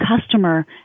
customer